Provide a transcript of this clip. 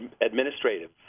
administrative